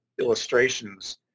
illustrations